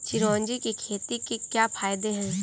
चिरौंजी की खेती के क्या फायदे हैं?